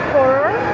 Horror